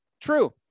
true